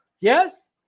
Yes